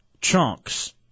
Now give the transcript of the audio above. chunks